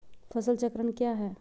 फसल चक्रण क्या है?